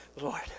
Lord